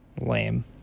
Lame